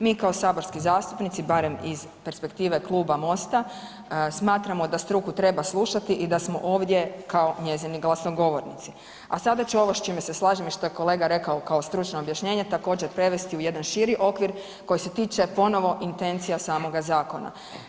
Mi kao saborski zastupnici barem iz perspektive kluba MOST-a smatramo da struku treba slušati i da smo ovdje kao njezini glasnogovornici a sada ću ovo s čime se slažem i šta je kolega rekao kao stručno objašnjenje, također prevesti u jedan širi okvir koji se tiče ponovno intencija samoga zakona.